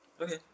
Okay